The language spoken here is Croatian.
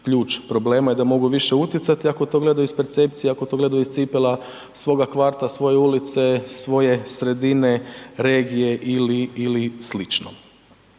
ključ problema i da mogu više utjecati, ako to gledaju iz percepcije, ako to gledaju iz cipela svoga kvarta, svoje ulice, svoje sredine, regije ili